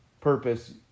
purpose